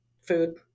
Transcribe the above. food